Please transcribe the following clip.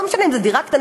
לא משנה אם זו דירה קטנה,